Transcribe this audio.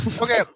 Okay